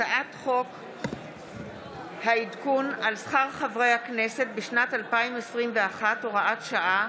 הצעת חוק לביטול העדכון של שכר חברי הכנסת בשנת 2021 (הוראת שעה),